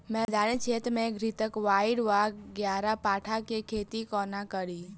मैदानी क्षेत्र मे घृतक्वाइर वा ग्यारपाठा केँ खेती कोना कड़ी?